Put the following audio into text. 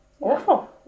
awful